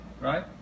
Right